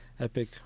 epic